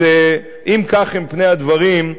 אם כך הם פני הדברים,